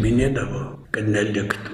minėdavo kad neliktų